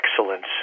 excellence